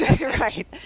Right